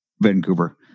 Vancouver